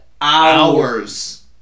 hours